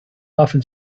often